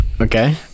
Okay